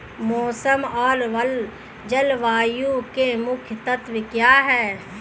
मौसम और जलवायु के मुख्य तत्व क्या हैं?